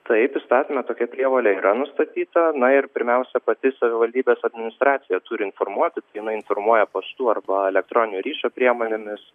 taip įstatyme tokia prievolė yra nustatyta na ir pirmiausia pati savivaldybės administracija turi informuoti jinai informuoja paštu arba elektroninio ryšio priemonėmis